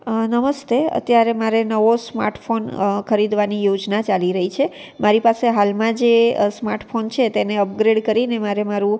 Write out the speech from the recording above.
નમસ્તે અત્યારે મારે નવો સ્માર્ટફોન ખરીદવાની યોજના ચાલી રહી છે મારી પાસે હાલમાં જે સ્માર્ટફોન છે તેને અપગ્રેડ કરીને મારે મારું